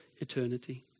eternity